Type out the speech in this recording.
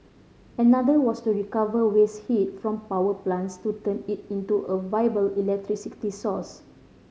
another was to recover waste heat from power plants to turn it into a viable electricity source